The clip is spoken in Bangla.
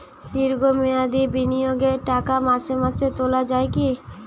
দীর্ঘ মেয়াদি বিনিয়োগের টাকা মাসে মাসে তোলা যায় কি?